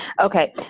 Okay